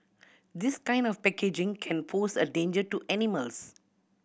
this kind of packaging can pose a danger to animals